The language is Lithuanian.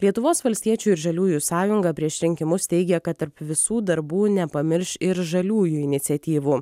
lietuvos valstiečių ir žaliųjų sąjunga prieš rinkimus teigia kad tarp visų darbų nepamirš ir žaliųjų iniciatyvų